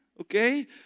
okay